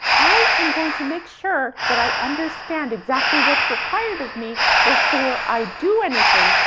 i am going to make sure that i understand exactly what's required of me before i do anything,